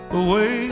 away